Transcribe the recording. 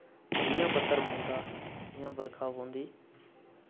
जि'यां बत्तर पौंदा जि'यां बरखा पौंदी